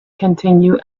continue